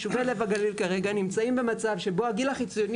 ישובי לב הגליל כרגע נמצאים במצב שבו הגיל החציוני